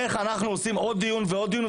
איך אנחנו עושים עוד דיון ועוד דיון,